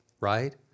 right